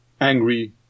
angry